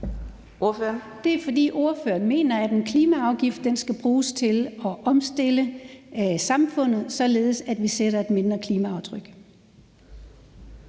Det er, fordi ordføreren mener, at en klimaafgift skal bruges til at omstille samfundet, således at vi sætter et mindre klimaaftryk.